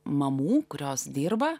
mamų kurios dirba